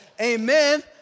amen